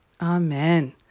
amen